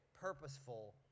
purposeful